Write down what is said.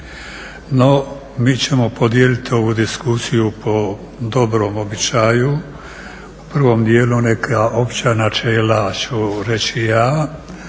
No mi ćemo podijeliti ovu diskusiju po dobrom običaju. U prvom dijelu neka opća načela ću reći ja,